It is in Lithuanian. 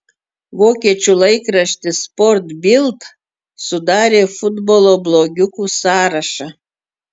vokiečių laikraštis sport bild sudarė futbolo blogiukų sąrašą